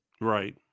Right